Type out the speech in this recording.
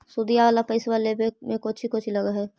सुदिया वाला पैसबा लेबे में कोची कोची लगहय?